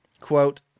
quote